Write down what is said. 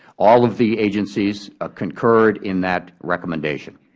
all of the agencies ah concurred in that recommendation.